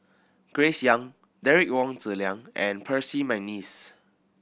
Grace Young Derek Wong Zi Liang and Percy McNeice